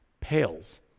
pales